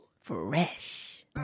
Fresh